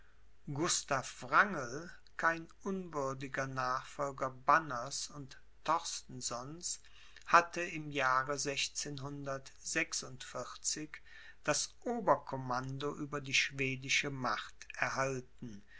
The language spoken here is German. gustav wrangel kein unwürdiger nachfolger banners und torstensons hatte im jahre das oberkommando über die schwedische macht erhalten